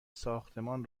ساختمان